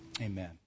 amen